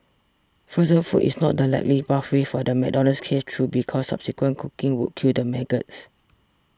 frozen food is not the likely pathway for the McDonald's case though because subsequent cooking would kill the maggots